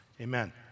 amen